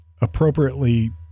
appropriately